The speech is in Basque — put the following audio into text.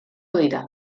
dira